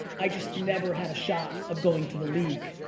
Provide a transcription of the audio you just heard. i just never had a shot of going to the league.